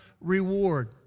reward